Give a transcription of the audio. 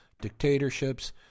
dictatorships